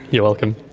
you're welcome.